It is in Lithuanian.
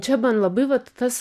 čia man labai vat tas